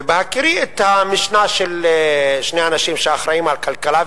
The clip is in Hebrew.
ובהכירי את המשנה של שני האנשים שאחראים על הכלכלה,